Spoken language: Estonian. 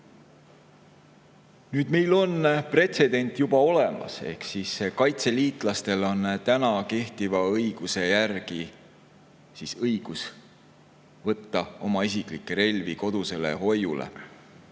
Nüüd, meil on pretsedent juba olemas, kaitseliitlastel on kehtiva õiguse järgi õigus võtta isiklikke relvi kodusele hoiule.